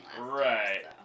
Right